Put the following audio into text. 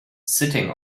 sitting